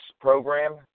program